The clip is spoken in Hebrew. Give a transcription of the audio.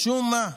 משום מה,